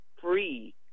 free